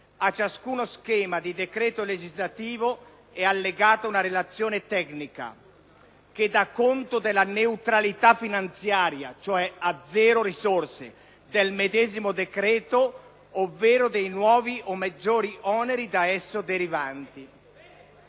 A ciascuno schema di decreto legislativo e allegata una relazione tecnica (…), che daconto della neutralita finanziaria» – cioe` a zero risorse – «del medesimo decreto ovvero dei nuovi o maggiori oneri da esso derivanti